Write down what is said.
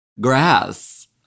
Grass